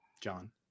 John